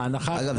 אגב,